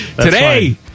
today